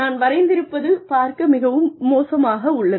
நான் வரைந்திருப்பது பார்க்க மிகவும் மோசக உள்ளது